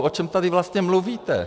O čem tady vlastně mluvíte!